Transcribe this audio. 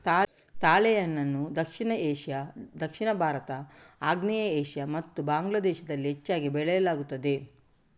ತಾಳೆಹಣ್ಣನ್ನು ದಕ್ಷಿಣ ಏಷ್ಯಾ, ದಕ್ಷಿಣ ಭಾರತ, ಆಗ್ನೇಯ ಏಷ್ಯಾ ಮತ್ತು ಬಾಂಗ್ಲಾ ದೇಶದಲ್ಲಿ ಹೆಚ್ಚಾಗಿ ಬೆಳೆಯಲಾಗುತ್ತದೆ